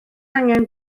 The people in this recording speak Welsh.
angen